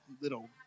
little